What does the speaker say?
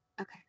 Okay